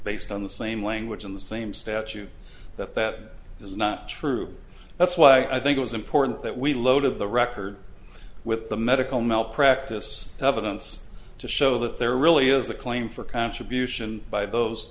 based on the same language in the same statute that that is not true that's why i think it is important that we load of the record with the medical malpractise evidence to show that there really is a claim for contributions by those